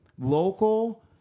local